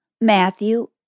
Matthew